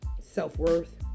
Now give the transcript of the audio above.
self-worth